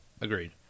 Agreed